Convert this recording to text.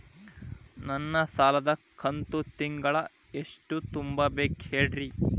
ನನ್ನ ಸಾಲದ ಕಂತು ತಿಂಗಳ ಎಷ್ಟ ತುಂಬಬೇಕು ಹೇಳ್ರಿ?